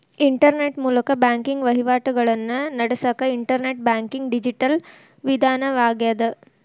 internet ಮೂಲಕ banking ವಹಿವಾಟಿಗಳನ್ನ ನಡಸಕ ಇಂಟರ್ನೆಟ್ ಬ್ಯಾಂಕಿಂಗ್ ಡಿಜಿಟಲ್ ವಿಧಾನವಾಗ್ಯದ